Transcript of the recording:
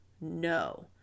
No